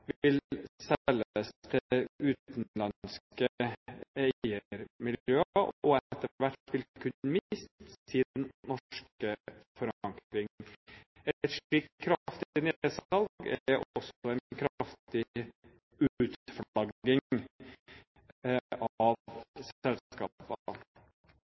til utenlandske eiermiljøer, og etter hvert vil kunne miste sin norske forankring. Et slikt kraftig nedsalg er også en kraftig utflagging